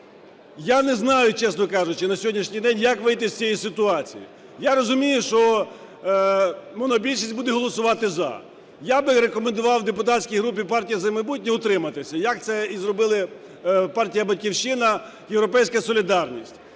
Я не знаю, чесно кажучи, на сьогоднішній день, як вийти з цієї ситуації. Я розумію, що монобільшість буде голосувати "за". Я би рекомендував депутатській групі "Партії "За майбутнє" утриматися, як це і зробили партія "Батьківщина", "Європейська солідарність".